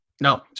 No